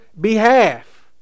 behalf